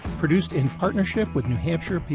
produced in partnership with new hampshire pbs.